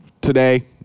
today